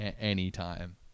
anytime